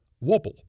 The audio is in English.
wobble